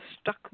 stuck